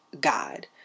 God